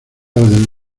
del